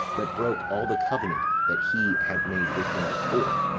but broke all the covenant that he had made with him before,